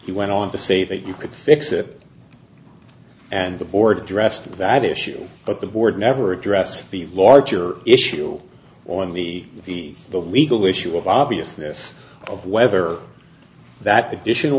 he went on to say that you could fix it and the board addressed that issue but the board never addressed the larger issue on the legal issue of obviousness of whether that additional